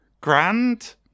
grand